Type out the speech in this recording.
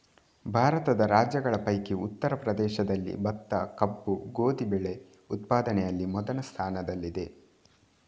ಭಾರತದ ರಾಜ್ಯಗಳ ಪೈಕಿ ಉತ್ತರ ಪ್ರದೇಶದಲ್ಲಿ ಭತ್ತ, ಕಬ್ಬು, ಗೋಧಿ ಬೆಳೆ ಉತ್ಪಾದನೆಯಲ್ಲಿ ಮೊದಲ ಸ್ಥಾನದಲ್ಲಿದೆ